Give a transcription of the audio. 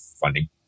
funding